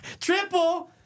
Triple